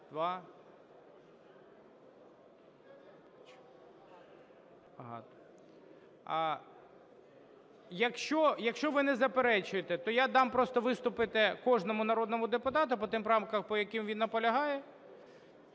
Якщо ви не заперечуєте, то я дам просто виступити кожному народному депутату по тим правкам, по яких він наполягає.